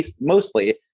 mostly